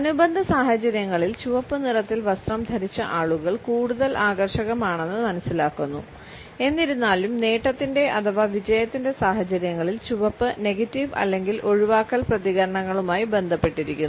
അനുബന്ധ സാഹചര്യങ്ങളിൽ ചുവപ്പ് നിറത്തിൽ വസ്ത്രം ധരിച്ച ആളുകൾ കൂടുതൽ ആകർഷകമാണെന്ന് മനസ്സിലാക്കുന്നു എന്നിരുന്നാലും നേട്ടത്തിൻറെ അഥവാ വിജയത്തിൻറെ സാഹചര്യങ്ങളിൽ ചുവപ്പ് നെഗറ്റീവ് അല്ലെങ്കിൽ ഒഴിവാക്കൽ പ്രതികരണങ്ങളുമായി ബന്ധപ്പെട്ടിരിക്കുന്നു